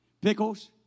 Pickles